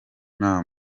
nta